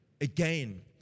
Again